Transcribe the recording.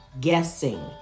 guessing